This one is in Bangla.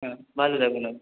হ্যাঁ ভালো থাকবেন আপনি